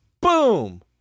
Boom